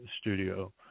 studio